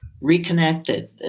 Reconnected